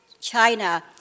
China